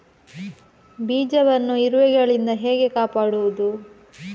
ಬೀಜವನ್ನು ಇರುವೆಗಳಿಂದ ಹೇಗೆ ಕಾಪಾಡುವುದು?